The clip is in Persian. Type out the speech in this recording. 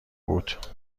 بود